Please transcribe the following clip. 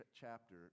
chapter